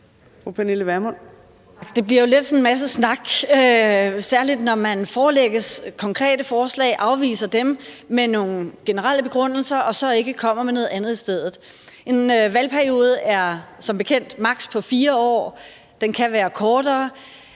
let til sådan en masse snak, særlig når man forelægges konkrete forslag og afviser dem med nogle generelle begrundelser og så ikke kommer med noget andet i stedet. En valgperiode er som bekendt på maks. 4 år – og den kan være kortere.